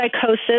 psychosis